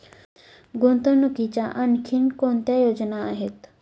गुंतवणुकीच्या आणखी कोणत्या योजना आहेत?